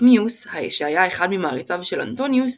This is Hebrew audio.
פאכמיוס שהיה אחד ממעריציו של אנטוניוס,